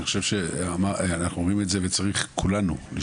אני חושב גם שאנחנו רואים את זה וכולנו צריכים